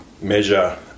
measure